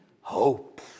hope